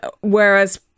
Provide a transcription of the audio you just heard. whereas